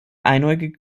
einäugige